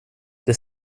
det